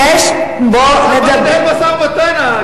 משא-ומתן,